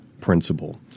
principle